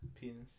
Penis